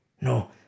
No